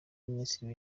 minisitiri